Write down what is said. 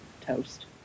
toast